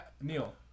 Neil